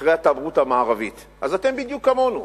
אחרי התרבות המערבית, אז אתם בדיוק כמונו.